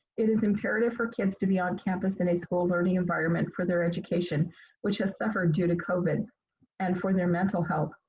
it is imperative for kids to be on campus in a school learning environment for their education which has suffered due to covid and for their mental health.